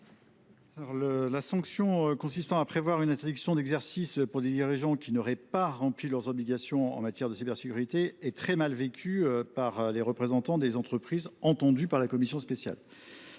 La sanction consistant à prévoir une interdiction d’exercice pour des dirigeants qui n’auraient pas rempli leurs obligations en matière de cybersécurité est très mal vécue par les représentants des entreprises entendues par la commission spéciale.